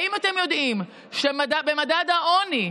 האם אתם יודעים שבמדד העוני,